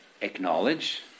acknowledge